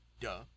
Duh